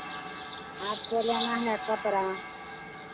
आपको लेना है कपड़ा